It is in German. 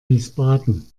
wiesbaden